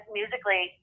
musically